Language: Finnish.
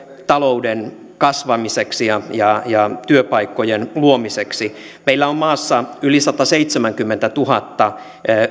talouden kasvamiseksi ja ja työpaikkojen luomiseksi meillä on maassa yli sataseitsemänkymmentätuhatta